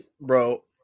Bro